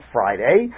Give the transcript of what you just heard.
Friday